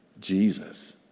Jesus